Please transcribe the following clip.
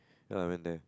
that I went there